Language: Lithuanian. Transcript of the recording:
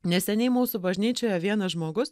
neseniai mūsų bažnyčioje vienas žmogus